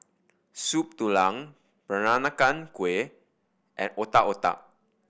Soup Tulang Peranakan Kueh and Otak Otak